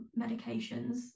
medications